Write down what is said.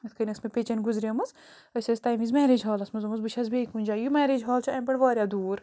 یِتھ کَنۍ ٲس مےٚ پیٚچٮ۪نۍ گُزریمٕژ أسۍ ٲسۍ تَمہِ وِزِ مٮ۪ریج ہالَس منٛز دوٚپمَس بہٕ چھَس بیٚیہِ کُنہِ جایہِ یہِ مٮ۪ریج ہال چھُ اَمۍ پٮ۪ٹھ واریاہ دوٗر